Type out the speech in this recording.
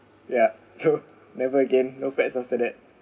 ya so never again no pets after that